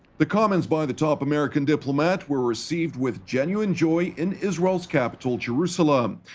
the comments by the top american diplomat were received with genuine joy in israel's capital, jerusalem.